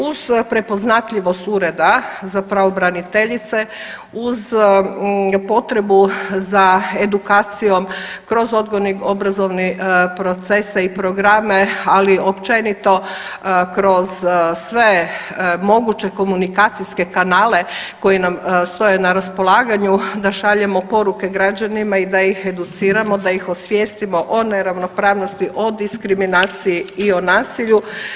Uz prepoznatljivost ureda za pravobraniteljice, uz potrebu za edukacijom kroz odgojno obrazovni procese i programe, ali općenito kroz sve moguće komunikacijske kanale koji nam stoje na raspolaganju da šaljemo poruke građanima i da ih educiramo, da ih osvijestimo o neravnopravnosti, o diskriminaciji i o nasilju.